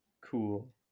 Cool